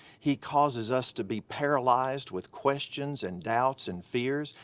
he causes us to be paralyzed with questions and doubts and fears,